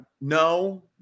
No